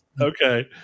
Okay